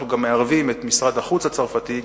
אנחנו גם מערבים את משרד החוץ הצרפתי,